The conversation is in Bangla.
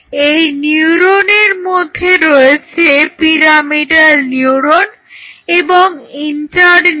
এই নিউরনের মধ্যে রয়েছে পিরামিডাল নিউরন এবং ইন্টার নিউরন